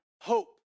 hope